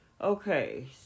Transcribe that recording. Okay